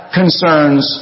concerns